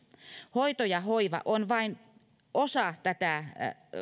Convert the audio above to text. hoito ja hoiva on vain osa tätä